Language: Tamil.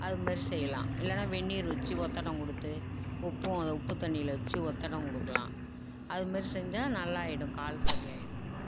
அதுமாதிரி செய்யலாம் இல்லைன்னா வெந்நீர் வச்சு ஒத்தடம் குடுத்து உப்பும் அது உப்பு தண்ணியில் வச்சு ஒத்தடம் கொடுக்கலாம் அதுமாதிரி செஞ்சால் நல்லா ஆகிடும் கால் சரி ஆகிடும்